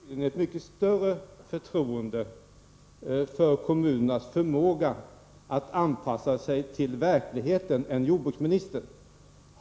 Herr talman! Jag hyser ett mycket större förtroende för kommunernas förmåga att anpassa sig till verkligheten än jordbruksministern gör.